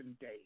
day